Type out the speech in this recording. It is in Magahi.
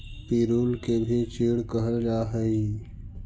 पिरुल के भी चीड़ कहल जा हई